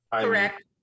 Correct